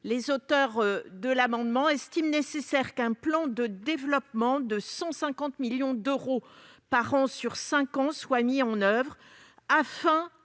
Les auteurs de l'amendement estiment nécessaire qu'un plan de développement de 150 millions d'euros par an sur cinq ans soit mis en oeuvre afin,